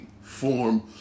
form